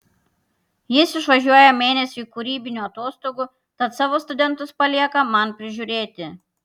jis išvažiuoja mėnesiui kūrybinių atostogų tad savo studentus palieka man prižiūrėti